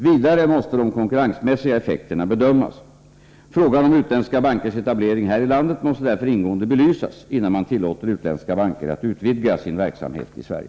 Vidare måste de konkurrensmässiga effekterna bedömas. Frågan om utländska bankers etablering här i landet måste därför ingående belysas, innan man tillåter utländska banker att utvidga sin verksamhet i Sverige.